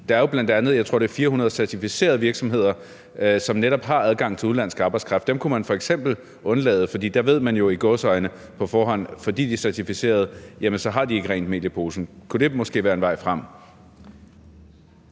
det er 400 certificerede virksomheder, som netop har adgang til udenlandsk arbejdskraft. Dem kunne man f.eks. undtage , for der ved man jo – i gåseøjne – på forhånd, at fordi de er certificerede, har de rent mel i posen. Kunne det måske være en vej frem?